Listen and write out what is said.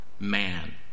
Man